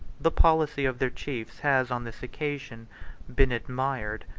the policy of their chiefs has on this occasion been admired,